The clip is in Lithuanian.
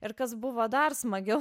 ir kas buvo dar smagiau